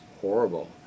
horrible